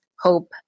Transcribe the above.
hope